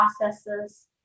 processes